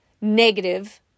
negative